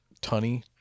Tunny